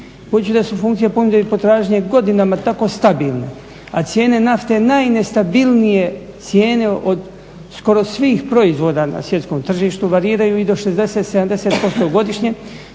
da su funkcije ponude i potražnje godinama tako stabilne, a cijene nafte najnestabilnije cijene od skoro svih proizvoda na svjetskom tržištu variraju i do 60, 70% godišnje